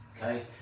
okay